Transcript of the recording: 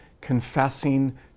confessing